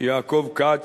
יעקב כץ,